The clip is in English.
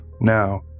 Now